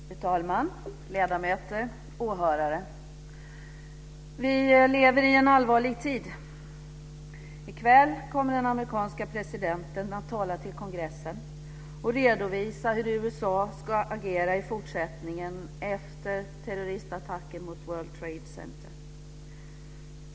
Fru talman! Ledamöter! Åhörare! Vi lever i en allvarlig tid. I kväll kommer den amerikanska presidenten att tala till kongressen och redovisa hur USA ska agera i fortsättningen efter terrorisattacken mot World Trade Center.